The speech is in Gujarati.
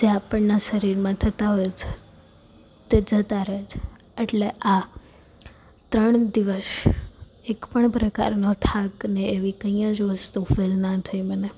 તે આપણને શરીરમાં થતા હોય છે તે જતા રહે છે એટલે આ ત્રણ દિવસ એક પણ પ્રકારનો થાક અને એવી કંઈ જ વસ્તુ ફીલ ના થઈ મને